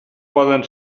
poden